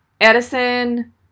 Edison